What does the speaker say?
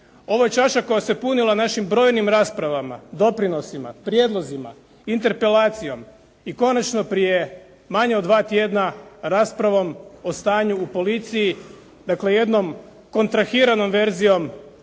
ovo je čaša koja se punila našim brojnim raspravama, doprinosima, prijedlozima, interpelacijom i konačno prije manje od dva tjedna raspravom o stanju u policiji, dakle, jednom kontrahiranom verzijom protiv